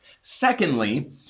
Secondly